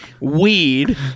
weed